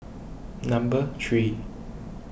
number three